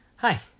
Hi